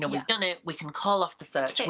we've done it, we can call off the search. and